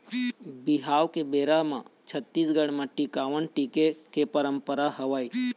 बिहाव के बेरा छत्तीसगढ़ म टिकावन टिके के पंरपरा हवय